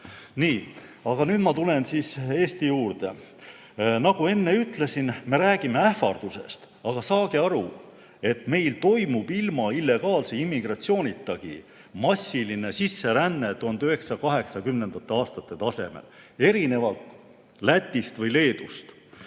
Nii. Aga nüüd ma tulen siis Eesti juurde. Nagu enne ütlesin, me räägime ähvardusest. Aga saage aru, et meil toimub ilma illegaalse immigratsioonitagi massiline sisseränne 1980. aastate tasemel, seda erinevalt Lätist või Leedust.